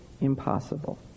impossible